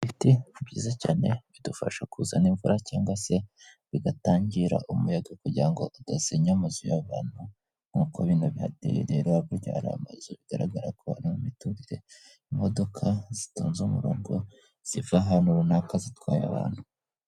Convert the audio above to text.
Ibiti ni byiza cyane bidufasha kuzana imvura cyangwa se bigatangira umuyaga kugira ngo udasenya amazu y'abantu. Nkuko bino bihateye rero hakurya hari amazu, bigaragara ko ari mu miturire. Imodoka zitonze umurongo ziva ahantu runaka zitwaye abantu.